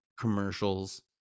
commercials